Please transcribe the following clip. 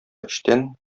эчтән